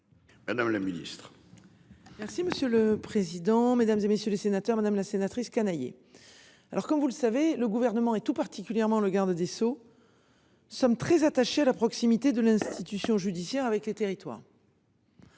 Madame la Ministre. Merci monsieur le président, Mesdames, et messieurs les sénateurs, madame la sénatrice Canayer. Alors comme vous le savez le gouvernement, et tout particulièrement le garde des Sceaux. Sommes très attachés à la proximité de l'institution judiciaire avec les territoires.